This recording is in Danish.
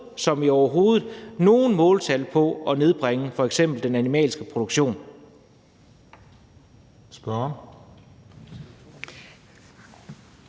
som i overhovedet – nogen måltal for f.eks. at nedbringe den animalske produktion.